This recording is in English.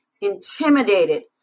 intimidated